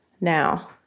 now